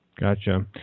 Gotcha